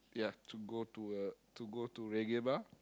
ya to go to a to go to Reggae-Bar